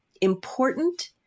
important